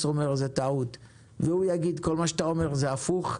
אומר זה טעות והוא יגיד כל מה שאתה אומר זה הפוך,